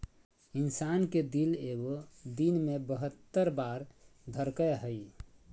इंसान के दिल एगो दिन मे बहत्तर बार धरकय हइ